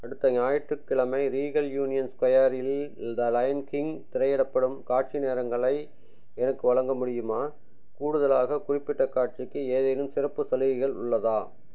அடுத்த ஞாயிற்றுக்கிழமை Regal Union ஸ்கொயரில் த லயன் கிங் திரையிடப்படும் காட்சி நேரங்களை எனக்கு வழங்க முடியுமா கூடுதலாக குறிப்பிட்ட காட்சிக்கு ஏதேனும் சிறப்பு சலுகைகள் உள்ளதா